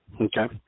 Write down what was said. Okay